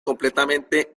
completamente